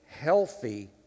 healthy